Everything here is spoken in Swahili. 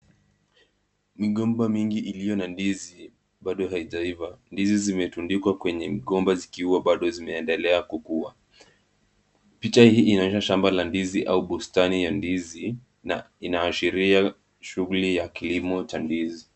Migomba mingi iliyo na ndizi, bado haijaiva, ndizi zimerudikwa kwenye mgomba zikiwa bado zinaendelea kukuwa. Picha hii inaonyesha shamba la ndizi au bustani ya ndizi na inaashiria shughuli ya kilimo cha ndizi.